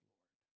Lord